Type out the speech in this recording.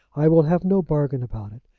i will have no bargain about it.